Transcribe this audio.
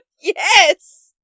Yes